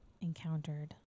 encountered